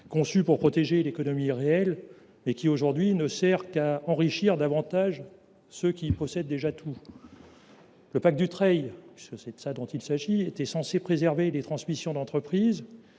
conçu pour protéger l’économie réelle, mais qui, aujourd’hui, ne sert qu’à enrichir davantage ceux qui possèdent déjà tout. Le pacte Dutreil, puisque c’est de lui qu’il s’agit, était censé préserver les transmissions d’entreprise.